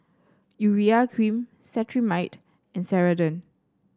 Urea Cream Cetrimide and Ceradan